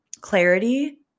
clarity